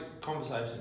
conversation